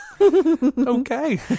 Okay